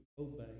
obey